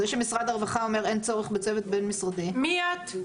מי את?